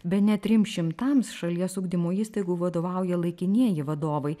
bene trims šimtams šalies ugdymo įstaigų vadovauja laikinieji vadovai